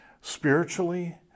spiritually